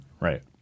Right